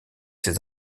ses